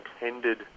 intended